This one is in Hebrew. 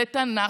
בתנ"ך,